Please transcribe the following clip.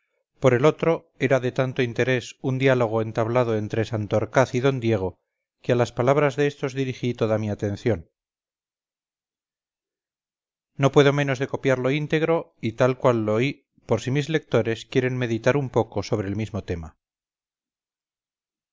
por el otro era de tanto interés un diálogo entablado entre santorcaz y d diego que a las palabras de estos dirigí toda mi atención no puedo menos de copiarloíntegro y tal cual lo oí por si mis lectores quieren meditar un poco sobre el mismo tema